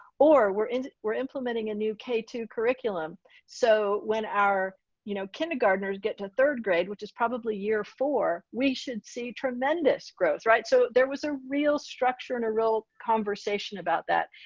or we're in we're implementing a new k two curriculum so when our you know kindergartners get to third grade, which is probably year four, we should see tremendous growth. right? so there was a real structure and a real conversation about that.